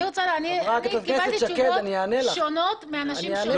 אני קיבלתי תשובות שונות מאנשים שונים.